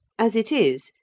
as it is,